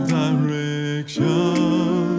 direction